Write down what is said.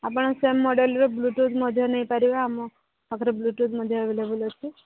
ଆପଣ ସେମ୍ ମଡ଼େଲ୍ର bluetooth ମଧ୍ୟ୍ୟ ନେଇପାରିବେ ଆମ ପାଖରେ ବ୍ଲୁଟୁଥ୍ ମଧ୍ୟ୍ୟ ଆଭେଲେବଲ୍ ଅଛି